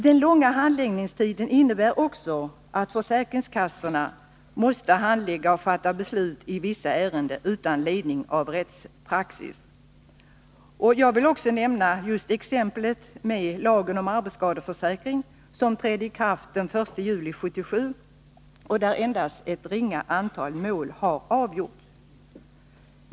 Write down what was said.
Den långa handläggningstiden innebär också att försäkringskassorna måste handlägga vissa ärenden och fatta beslut i vissa ärenden utan ledning av rättspraxis. Som exempel vill jag nämna just lagen om arbetsskadeförsäk ring, som trädde i kraft den 1 juli 1977 och enligt vilken endast ett ringa antal mål har avgjorts.